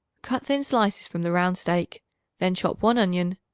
cut thin slices from the round steak then chop one onion,